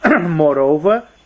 Moreover